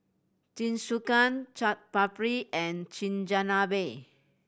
Jingisukan Chaat Papri and Chigenabe